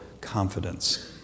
confidence